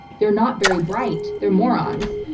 they're not very bright. they're morons,